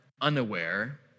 unaware